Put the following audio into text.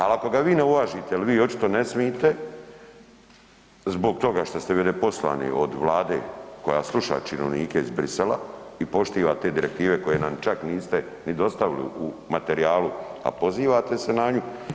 Ali ako ga vi ne uvažite jel vi očito ne smite zbog toga što ste poslani od Vlade koja sluša činovnike iz Bruxellesa i poštiva te direktive koje nam čak niste ni dostavili u materijalu, a pozivate se na nju.